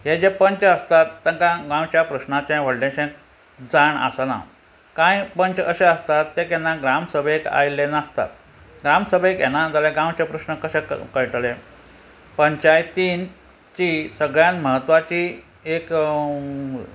हे जे पंच आसतात तांकां गांवच्या प्रश्नाचे व्हडलेंशें जाण आसना कांय पंच अशें आसतात ते केन्ना ग्राम सभेक आयिल्ले नासतात ग्राम सभेक येना जाल्यार गांवचे प्रश्न कशे कयटले पंचायतीनची सगळ्यांत म्हत्वाची एक